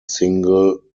single